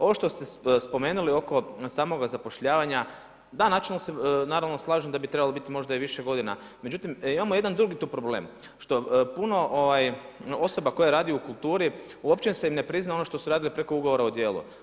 Ovo šta ste spomenuli oko samoga zapošljavanja, da, načelno se naravno slažem da bi trebalo biti možda i više godina, međutim imamo jedan drugi tu problem što puno osoba koje rade u kulturi uopće im se ne prizna ono što su radili preko ugovora o djelu.